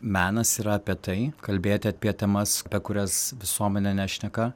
menas yra apie tai kalbėti apie temas apie kurias visuomenė nešneka